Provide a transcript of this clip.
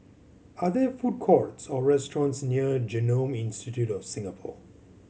are there food courts or restaurants near Genome Institute of Singapore